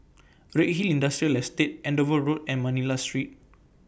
Redhill Industrial Estate Andover Road and Manila Street